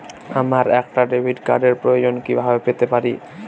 আমার একটা ডেবিট কার্ডের প্রয়োজন কিভাবে পেতে পারি?